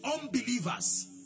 unbelievers